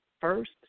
first